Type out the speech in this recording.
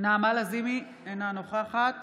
נעמה לזימי, אינה נוכחת